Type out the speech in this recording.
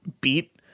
beat